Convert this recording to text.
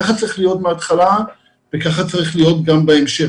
כך צריך להיות מהתחלה וכך צריך להיות גם בהמשך.